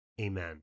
Amen